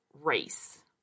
race